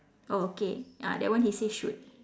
oh okay ah that one he say shoot